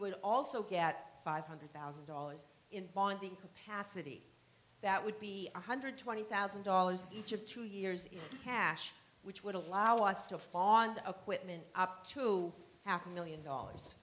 would also get five hundred thousand dollars in bonding capacity that would be one hundred twenty thousand dollars each of two years in cash which would allow us to fond of quitman up to half a million dollars